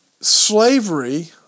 slavery